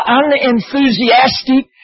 unenthusiastic